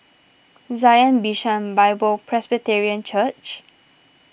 Zion Bishan Bible Presbyterian Church